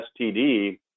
std